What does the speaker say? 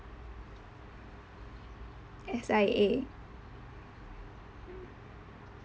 S_I_A